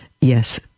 yes